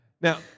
Now